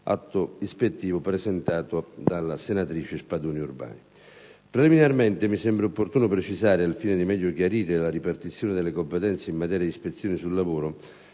agricolo, presentato dalla senatrice Spadoni Urbani. Preliminarmente mi sembra opportuno precisare, al fine di meglio chiarire la ripartizione delle competenze in materia di ispezioni sul lavoro